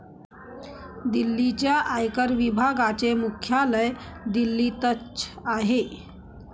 दिल्लीच्या आयकर विभागाचे मुख्यालय दिल्लीतच आहे